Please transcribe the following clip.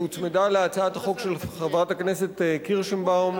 שהוצמדה להצעת החוק של חברת הכנסת קירשנבאום,